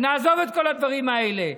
נעזוב את כל הדברים האלה.